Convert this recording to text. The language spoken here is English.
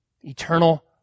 Eternal